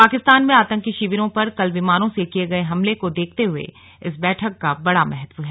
पाकिस्तान में आतंकी शिविरों पर कल विमानों से किए गए हमले को देखते हुए इस बैठक का बड़ा महत्व है